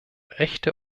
echte